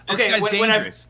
Okay